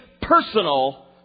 personal